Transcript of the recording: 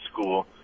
school